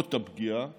נסיבות הפגיעה